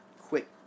quick